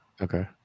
Okay